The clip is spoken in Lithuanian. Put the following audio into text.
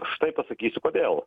štai pasakysiu kodėl